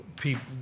people